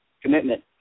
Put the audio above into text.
commitment